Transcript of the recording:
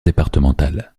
départementale